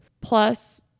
plus